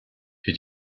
für